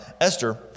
Esther